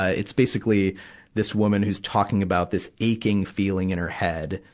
ah it's basically this woman who's talking about this aching feeling in her head,